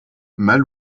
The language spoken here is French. mâle